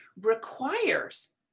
requires